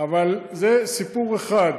אבל זה סיפור אחד.